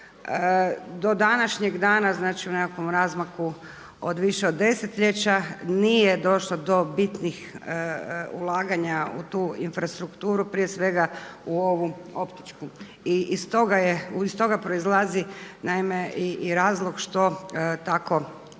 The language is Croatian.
do današnjeg dana u nekakvom razmaku od više od desetljeća nije došlo do bitnih ulaganja u tu infrastrukturu prije svega u ovu optičku. Iz toga proizlazi i razlog što tako u